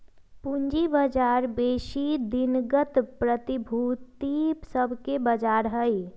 पूजी बजार बेशी दिनगत प्रतिभूति सभके बजार हइ